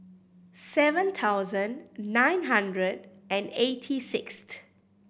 seven thousand nine hundred and eighty sixth